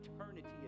eternity